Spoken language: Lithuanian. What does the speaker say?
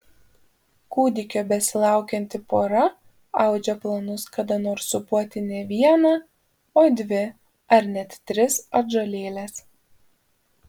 kūdikio besilaukianti pora audžia planus kada nors sūpuoti ne vieną o dvi ar net tris atžalėles